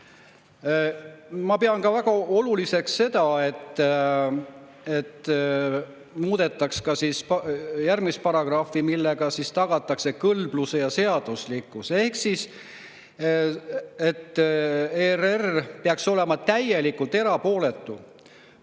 Ma pean väga oluliseks ka seda, et muudetaks ka siis järgmist paragrahvi, millega tagatakse kõlblus ja seaduslikkus. Ehk siis ERR peaks olema täielikult erapooletu